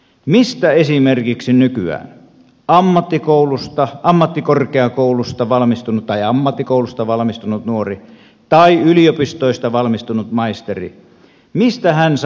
mistä esimerkiksi nykyään ammattikoulusta ammattikorkeakoulusta valmistunut nuori tai yliopistosta valmistunut maisteri saa työpaikan